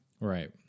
Right